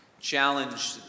challenge